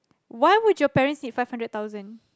why would your parents need five hundred thousand